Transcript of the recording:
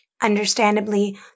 Understandably